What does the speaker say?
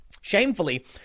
Shamefully